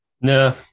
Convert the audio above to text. No